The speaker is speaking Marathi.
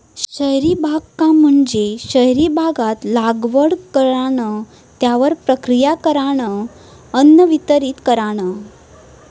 शहरी बागकाम म्हणजे शहरी भागात लागवड करणा, त्यावर प्रक्रिया करणा, अन्न वितरीत करणा